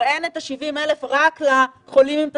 אין ה-70,000 בדיקות רק לחולים עם תסמינים,